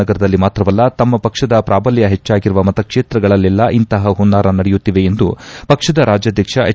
ನಗರದಲ್ಲಿ ಮಾತ್ರವಲ್ಲ ತಮ್ಮ ಪಕ್ಷದ ಪ್ರಾಬಲ್ಕ ಹೆಚ್ಚಾಗಿರುವ ಮತಕ್ಷೇತ್ರಗಳಲ್ಲೆಲ್ಲ ಇಂತಹ ಹುನ್ನಾರ ನಡೆಯುತ್ತಿವೆ ಎಂದು ಪಕ್ಷದ ರಾಜ್ಯಾಧಕ್ಷ ಎಚ್